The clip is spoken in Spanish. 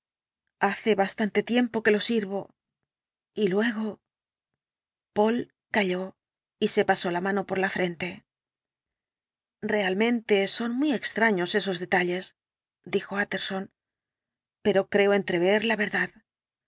hace bastante tiempo que lo sirvo y luego poole calló y se pasó la mano por la frente realmente son muy extraños esos detalles dijo utterson pero creo entrever la verdad